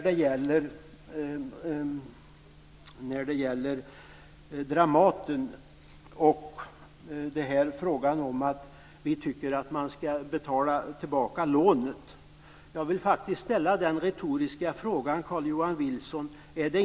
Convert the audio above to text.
Det gäller Dramaten och detta med att vi tycker att man skall betala tillbaka lånet. Det är väl rimligt att den som lånar pengar också betalar tillbaka dem.